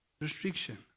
Restriction